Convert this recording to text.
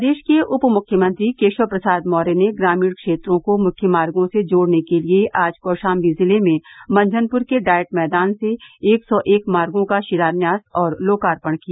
प्रदेश के उपमुख्यमंत्री केशव प्रसाद मौर्य ने ग्रामीण क्षेत्रों को मुख्य मार्गो से जोड़ने के लिए आज कौशाम्बी जिले में मंझनप्र के डायट मैदान से एक सौ एक मार्गो का शिलान्यास और लोकार्पण किया